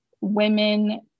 women